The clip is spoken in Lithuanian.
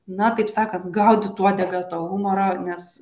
na taip sakant gaudyt uodegą to humorą nes